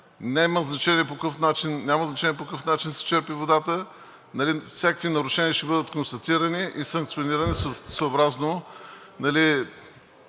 Няма значение по какъв начин се черпи водата. Всякакви нарушения ще бъдат констатирани и санкционирани съобразно